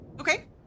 okay